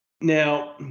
Now